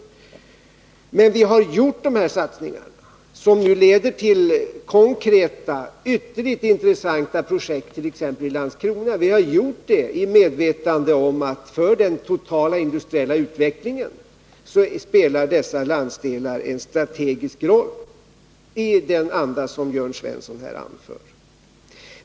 Men vi har gjort dessa satsningar, som ju leder till konkreta, ytterligt intressanta projekt, t.ex. i Landskrona. Vi har gjort det i medvetande om att för den totala industriella utvecklingen spelar dessa landsdelar en strategisk roll, i den anda som Jörn Svensson här anför.